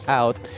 out